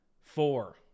four